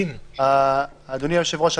אדוני היושב-ראש,